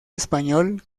español